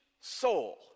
soul